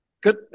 good